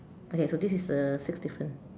okay so this the six difference